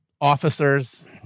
officers